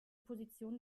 position